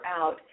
out